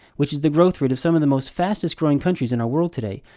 which is the growth rate of some of the most fastest growing countries in our world today,